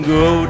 go